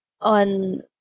on